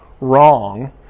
wrong